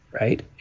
right